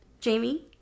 Jamie